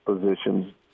positions